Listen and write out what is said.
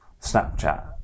Snapchat